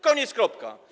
Koniec, kropka.